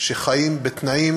שחיים בתנאים